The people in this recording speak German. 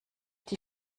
die